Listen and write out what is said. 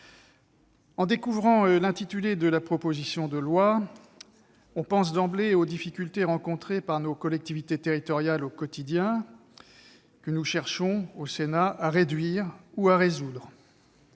En découvrant l'intitulé de la proposition de loi, on pense d'emblée aux difficultés rencontrées par les collectivités territoriales au quotidien et que nous cherchons, au Sénat, à réduire ou à résoudre,